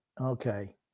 Okay